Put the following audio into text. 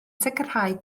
sicrhau